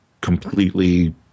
completely